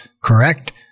Correct